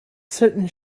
certain